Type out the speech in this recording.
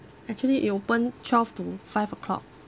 actually it open twelve to five o'clock